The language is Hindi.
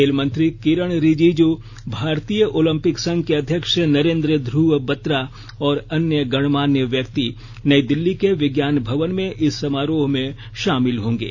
खेल मंत्री किरण रिजीजू भारतीय ओलंपिक संघ के अध्यक्ष नरेन्द्र ध्रव बत्रा और अन्य गणमान्य व्यक्ति नई दिल्ली के विज्ञान भवन में इस समारोह में शामिल होंगे